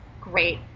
great